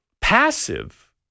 passive